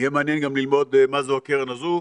יהיה מעניין גם ללמוד מה זו הקרן הזו.